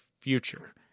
future